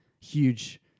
huge